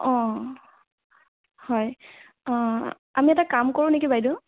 অ' হয় আমি এটা কাম কৰোঁ নেকি বাইদেউ